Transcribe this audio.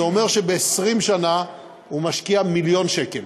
זה אומר שב-20 שנה הוא משקיע מיליון שקלים.